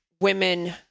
women